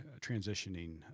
transitioning